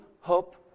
hope